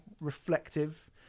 reflective